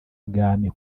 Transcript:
ubwami